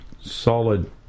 solid